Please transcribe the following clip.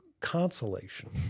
consolation